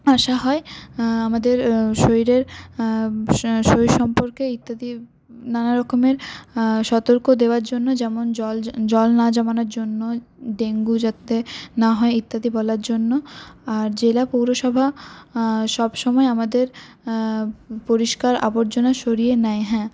আসা হয় আমাদের শরীরের শরীর সম্পর্কে ইত্যাদি নানা রকমের সতর্ক দেওয়ার জন্য যেমন জল জল না জমানোর জন্য ডেঙ্গু যাতে না হয় ইত্যাদি বলার জন্য আর জেলা পৌরসভা সব সময় আমাদের পরিষ্কার আবর্জনা সরিয়ে নেয় হ্যাঁ